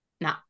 no